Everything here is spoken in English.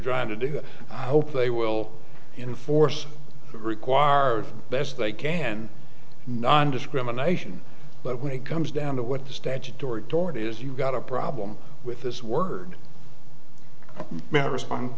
trying to do i hope they will enforce require our best they can nondiscrimination but when it comes down to what the statutory authority is you've got a problem with this word respon